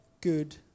good